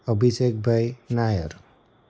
Abhishekbhai Nair